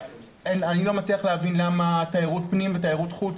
אני לא מצליח להבין למה תיירות פנים ותיירות חוץ